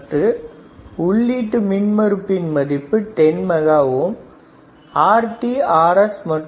கெயின்னின் சமன்பாடு Gain ACL RFR1 எனவேRf GainR1 மின் மறுப்பின் மதிப்பை Ri10Mஎன எடுத்து கொள்வதற்குR110M என கருத்தில் கொள்ள வேண்டும்